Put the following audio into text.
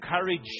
courage